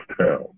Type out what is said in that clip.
town